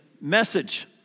message